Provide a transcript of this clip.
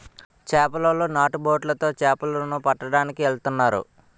చేపలోలు నాటు బొట్లు తో చేపల ను పట్టడానికి ఎల్తన్నారు